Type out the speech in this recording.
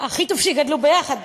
הכי טוב שיגדלו ביחד.